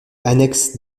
annexe